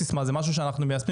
רואה גם שאנחנו עושים את זה בפועל.